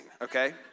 okay